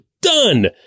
Done